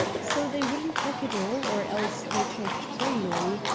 so they wouldn't talk at all, or else they talked freely.